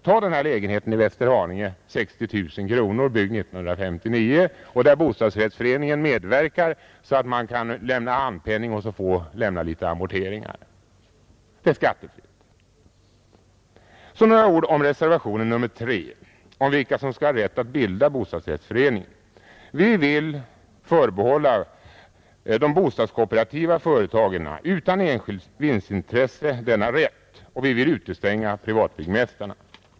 Ta den här lägenheten i Västerhaninge — 60 000 kronor, byggd 1959 och där bostadsrättsföreningen medverkar så att man kan lämna handpenning och göra litet amorteringar. Det är skattefritt! Så några ord om reservationen 3 beträffande vilka som skall ha rätt att bilda bostadsrättsförening. Vi vill förbehålla de kooperativa bostadsföretagen — utan enskilt vinstintresse — denna rätt, och vi vill utestänga privatbyggmästarna.